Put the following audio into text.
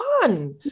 fun